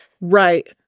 Right